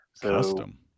Custom